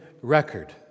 record